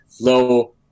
low